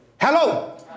hello